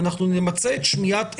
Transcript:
ואנחנו נמצה את שמיעת עמדתם,